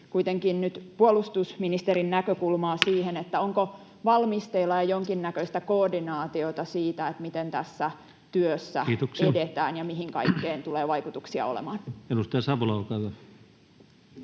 kuitenkin nyt puolustusministerin näkökulmaa siihen, onko jo valmisteilla jonkinnäköistä koordinaatiota siitä, miten tässä työssä edetään ja mihin kaikkeen tulee vaikutuksia olemaan.